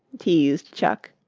teased chuck.